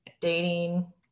dating